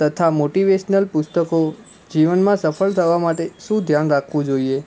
તથા મોટિવેશનલ પુસ્તકો જીવનમાં સફળ થવા માટે શું ધ્યાન રાખવું જોઈએ